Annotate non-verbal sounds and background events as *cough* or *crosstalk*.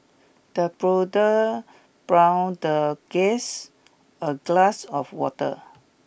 the butler *unintelligible* the guest a glass of water